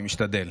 אני משתדל.